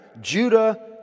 Judah